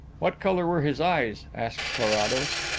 what colour were his eyes? asked carrados.